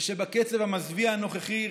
ושבקצב המזוויע הנוכחי,